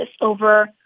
over